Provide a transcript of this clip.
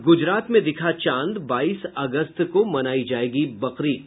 और गूजरात में दिखा चाँद बाईस अगस्त को मनायी जायेगी बकरीद